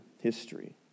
history